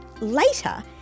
Later